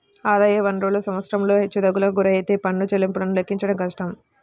ఆదాయ వనరులు సంవత్సరంలో హెచ్చుతగ్గులకు గురైతే పన్ను చెల్లింపులను లెక్కించడం కష్టం